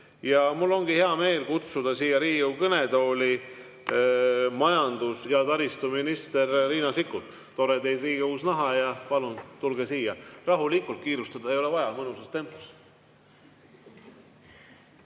Mul on hea meel kutsuda siia Riigikogu kõnetooli majandus- ja taristuminister Riina Sikkut. Tore teid Riigikogus näha ja palun tulge siia! Rahulikult, kiirustada ei ole vaja, mõnusas tempos.